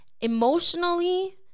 emotionally